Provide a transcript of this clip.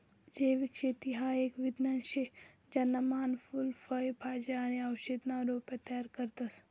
जैविक शेती हाई एक विज्ञान शे ज्याना मान फूल फय भाज्या आणि औषधीसना रोपे तयार करतस